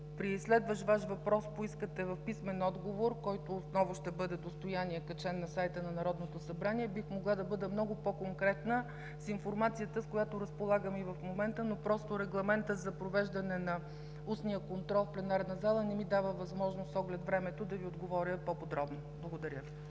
при следващ Ваш въпрос поискате в писмен отговор, който отново ще бъде достояние – качен на сайта на Народното събрание, бих могла да бъда много по-конкретна с информацията, с която разполагам и в момента, но регламента за провеждане на устния контрол в пленарната зала не ми дава възможност, с оглед времето, да Ви отговоря по-подробно. Благодаря.